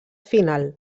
final